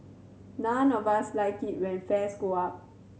none of us like it when fares go up